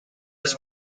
was